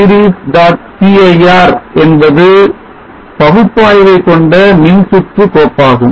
cir என்பது பகுப்பாய்வை கொண்ட மின்சுற்று கோப்பாகும்